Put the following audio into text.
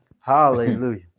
Hallelujah